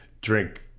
drink